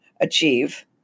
achieve